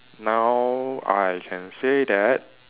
now I can say that